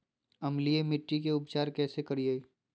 अम्लीय मिट्टी के उपचार कैसे करियाय?